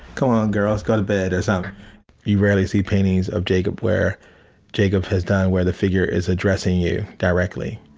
come on, girls, go to bed as um you rarely see paintings of jacob, where jacob has done, where the figure is addressing you directly,